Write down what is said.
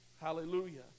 Hallelujah